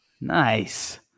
Nice